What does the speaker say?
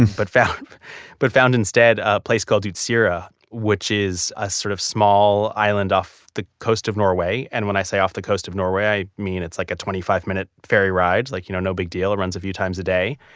but found but found instead a place called utsira which is a sort of small island off the coast of norway. and when i say off the coast of norway, i mean, it's like a twenty five minute ferry ride, like, you know, no big deal. it runs a few times a day,